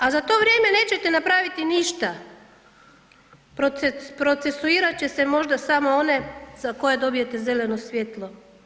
A za to vrijeme nećete napraviti ništa, procesuirat će se možda samo za koje dobijete zeleno svjetlo.